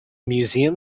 museum